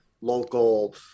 local